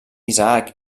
isaac